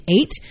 Eight